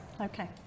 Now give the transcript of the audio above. Okay